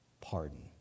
pardon